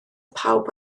pawb